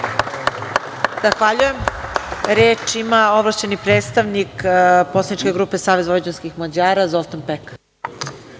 Hvala.